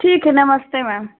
ठीक है नमस्ते मैम